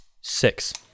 Six